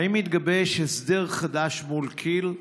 2. האם מתגבש הסדר חדש מול כיל?